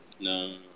No